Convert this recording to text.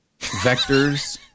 vectors